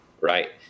right